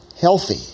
healthy